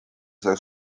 see